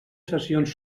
sessions